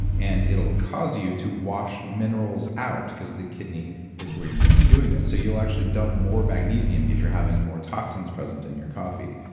and it will cause you to wash minerals out because the kidney is where you're going to be doing this. so you'll actually dump more magnesium if you're having more toxins present in your coffee,